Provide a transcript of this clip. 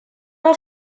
are